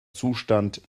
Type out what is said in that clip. zustand